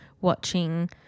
watching